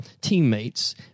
teammates